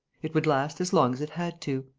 it would last as long as it had to.